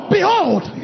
Behold